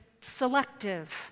selective